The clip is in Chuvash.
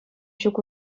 ҫук